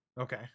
Okay